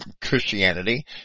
Christianity